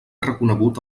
reconegut